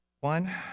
one